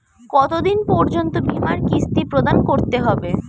কতো দিন পর্যন্ত বিমার কিস্তি প্রদান করতে হবে?